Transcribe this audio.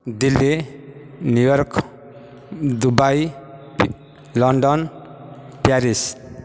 Delhi New York Dubai London Paris